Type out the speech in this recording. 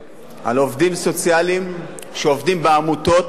ריבלין: גם בעוספיא.